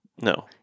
No